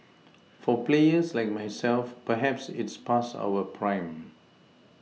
for players like myself perhaps it's past our prime